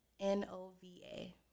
N-O-V-A